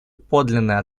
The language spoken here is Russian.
подлинной